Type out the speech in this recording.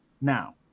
Now